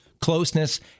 closeness